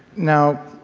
now